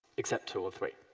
except two or three.